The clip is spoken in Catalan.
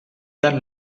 gran